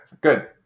Good